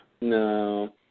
No